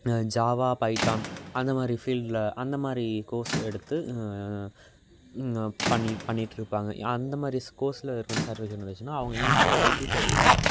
Java Python அந்த மாதிரி ஃபீல்டில் அந்த மாதிரி கோர்ஸ் எடுத்து பண்ணி பண்ணிகிட்டு இருப்பாங்க அந்த மாதிரி கோர்ஸில் சர்வி சர்டிவிகேட் இருந்துச்சுன்னா அவங்க ஈஸியாக ஐடி ஃபீல்டில்